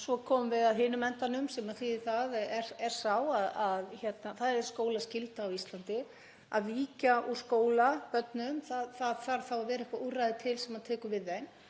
Svo komum við að hinum endanum sem er sá að það er skólaskylda á Íslandi. Að víkja börnum úr skóla; það þarf þá að vera eitthvert úrræði til sem tekur við þeim.